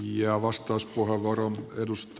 korjatkaa se nyt